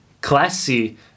classy